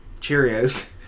Cheerios